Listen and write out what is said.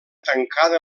tancada